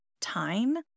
time